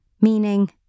meaning